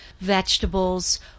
vegetables